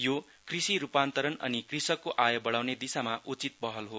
यो कृषि रूपान्तरण अनि कृषकको आय बढाउने दिशामा उचित पहल हो